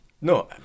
No